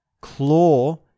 Claw